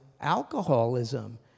alcoholism